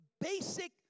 basic